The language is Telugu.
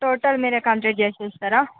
టోటల్ మీరే కంప్లీట్ చేసి ఇస్తారా